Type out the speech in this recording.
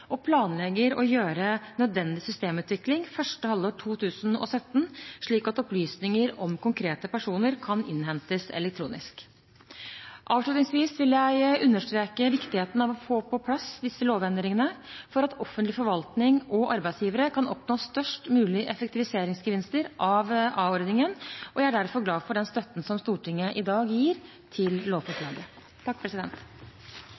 og planlegger å gjøre nødvendig systemutvikling første halvår 2017, slik at opplysninger om konkrete personer kan innhentes elektronisk. Avslutningsvis vil jeg understreke viktigheten av å få på plass disse lovendringene for at offentlig forvaltning og arbeidsgivere kan oppnå størst mulig effektiviseringsgevinster av a-ordningen, og jeg er derfor glad for den støtten som Stortinget i dag gir til